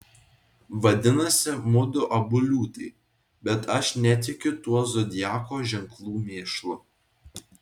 vadinasi mudu abu liūtai bet aš netikiu tuo zodiako ženklų mėšlu